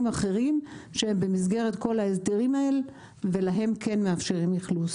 אחרים שהם במסגרת כל ההסדרים האלה ולהם כן מאפשרים אכלוס.